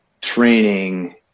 training